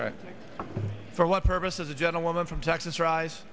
right for what purpose of the gentlewoman from texas rise